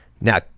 Now